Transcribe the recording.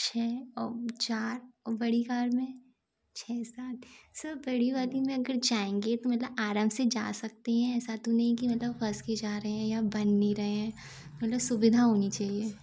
छः अब चार बड़ी कार में छः सात सर बड़ी वाली वाली मे अगर जाएंगे तो मतलब आराम से जा सकते हैं ऐसा तो नहीं कि मतलब फस के जा रहे हैं या बन नहीं रहे हैं मतलब सुविधा होनी चाहिए